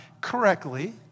correctly